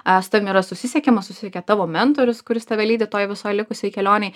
a su tavim yra susisiekiama susisiekia tavo mentorius kuris tave lydi toj visoj likusioj kelionėj